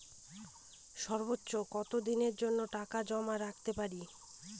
সর্বোচ্চ কত দিনের জন্য টাকা জমা রাখতে পারি?